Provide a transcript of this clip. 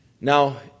Now